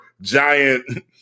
giant